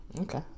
Okay